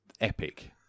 epic